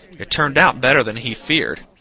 it turned out better than he feared.